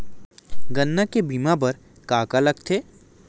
गन्ना के बीमा बर का का लगथे?